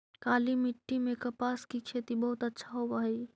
काली मिट्टी में कपास की खेती बहुत अच्छा होवअ हई